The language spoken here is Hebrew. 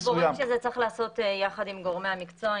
סבורים שזה צריך להיעשות יחד עם גורמי המקצוע,